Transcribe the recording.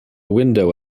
window